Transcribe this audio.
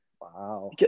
Wow